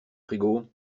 frigo